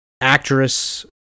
actress